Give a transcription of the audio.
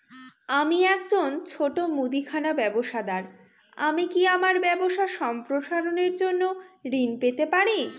আমি একজন ছোট মুদিখানা ব্যবসাদার আমি কি আমার ব্যবসা সম্প্রসারণের জন্য ঋণ পেতে পারি?